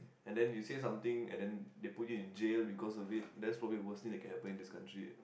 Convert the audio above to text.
and then you say something and then they put you in jail because of it that's probably the worst thing that can happen in this country